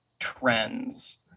trends